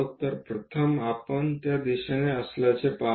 तर प्रथम आपण त्या दिशेने असल्याचे पाहतो